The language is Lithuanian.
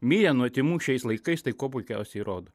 mirę nuo tymų šiais laikais tai kuo puikiausiai įrodo